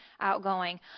outgoing